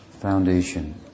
Foundation